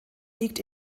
liegt